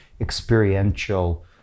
experiential